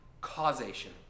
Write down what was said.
causation